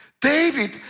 David